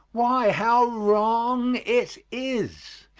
why, how wrong it is!